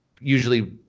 usually